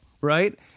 right